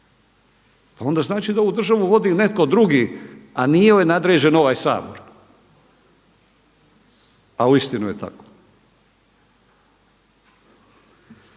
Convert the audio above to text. Pa onda znači da ovu državu vodi netko drugi, a nije joj nadređen ovaj Sabor, a uistinu je tako.